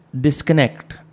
disconnect